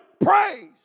praise